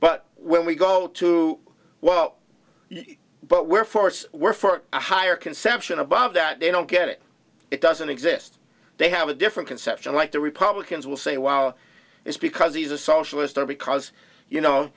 but when we go to well but were force were for a higher conception above that they don't get it it doesn't exist they have a different conception like the republicans will say well it's because he's a socialist or because you